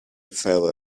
favor